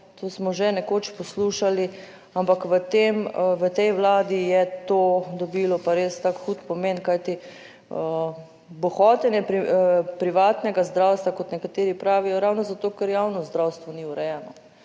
to smo že nekoč poslušali, ampak v tem, v tej Vladi je to dobilo pa res tak hud pomen, kajti bohotenje privatnega zdravstva, kot nekateri pravijo, ravno zato, ker javno zdravstvo ni urejeno.